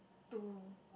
two